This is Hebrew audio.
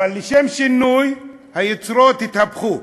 אבל לשם שינוי היוצרות התהפכו.